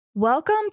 Welcome